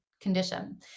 condition